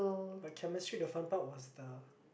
but Chemistry the fun part was the